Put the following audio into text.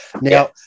Now